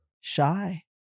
shy